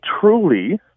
truly